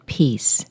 peace